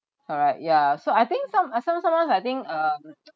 correct ya so I think some uh sometimes sometimes I think uh